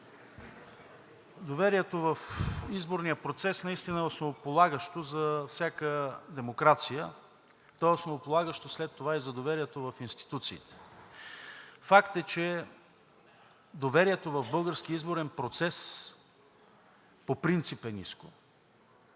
Доверието в изборния процес наистина е основополагащо за всяка демокрация. То е основополагащо след това и за доверието в институциите. Факт е, че доверието в българския изборен процес по принцип е ниско.